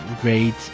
great